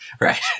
right